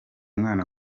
mwana